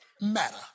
matter